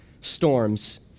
storms